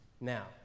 Now